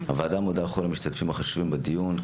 הוועדה מודה לכל המשתתפים החשובים בדיון.